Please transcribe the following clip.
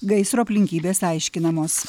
gaisro aplinkybės aiškinamos